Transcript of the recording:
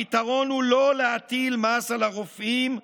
הפתרון הוא לא להטיל מס על הרופאים,